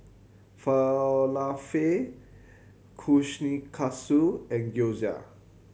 Falafel Kushikatsu and Gyoza